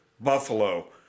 Buffalo